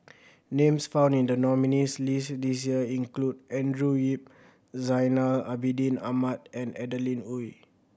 names found in the nominees' list this year include Andrew Yip Zainal Abidin Ahmad and Adeline Ooi